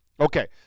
Okay